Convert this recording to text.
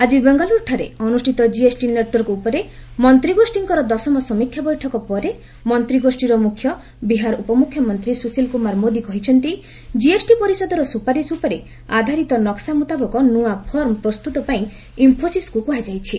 ଆଜି ବେଙ୍ଗାଲୁରୁଠାରେ ଅନୁଷ୍ଠିତ କିଏସ୍ଟି ନେଟ୍ୱର୍କ ଉପରେ ମନ୍ତୀଗୋଷୀଙ୍କର ଦଶମ ସମୀକ୍ଷା ବୈଠକ ପରେ ମନ୍ତ୍ରୀଗୋଷୀର ମୁଖ୍ୟ ବିହାର ଉପମୁଖ୍ୟମନ୍ତ୍ରୀ ସୁଶିଲ୍ କୁମାର ମୋଦି କହିଛନ୍ତି କିଏସ୍ଟି ପରିଷଦର ସୁପାରିସ ଉପରେ ଆଧାରିତ ନକ୍ସା ମୁତାବକ ନୂଆ ଫର୍ମ ପ୍ରସ୍ତୁତିପାଇଁ ଇନ୍ଫୋସିସ୍କୁ କୁହାଯାଇଛି